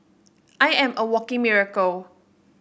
I am a walking miracle